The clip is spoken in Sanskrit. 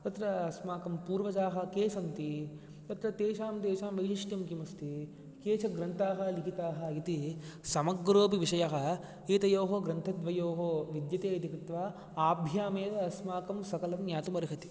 तत्र अस्माकं पूर्वजाः के सन्ति तत्र तेषां तेषां वैशिष्ट्यं किमस्ति के च ग्रन्थाः लिखिताः इति समग्रोऽपि विषयः एतयोः ग्रन्थद्वयोः विद्यते इति कृत्वा आभ्यामेव अस्माकं सकलं ज्ञातुम् अर्हति